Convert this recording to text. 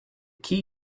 key